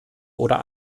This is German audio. oder